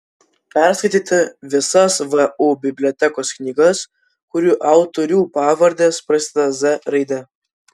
perskaityti visas vu bibliotekos knygas kurių autorių pavardės prasideda z raide